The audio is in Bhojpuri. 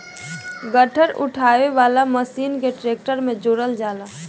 गट्ठर उठावे वाला मशीन के ट्रैक्टर में जोड़ल जाला